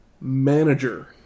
manager